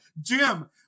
Jim